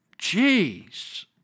Jeez